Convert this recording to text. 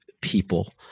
people